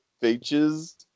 features